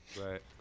Right